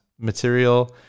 material